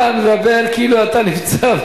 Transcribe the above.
אתה מדבר כאילו אתה נמצא,